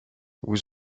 vous